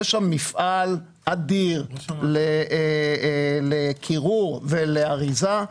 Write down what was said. יש שם מפעל אדיר לקירור ולאריזה,